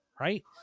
Right